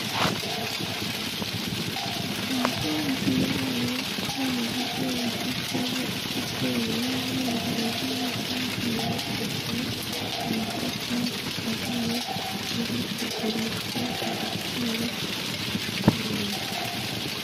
Inzu nziza yubatswe muburyo bugezweho ifite ibirahure byijimye kandi yubakije amatafari ahiye, iri kugurishwa ku giciro gitoya.